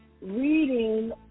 reading